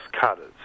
cutters